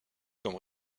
comme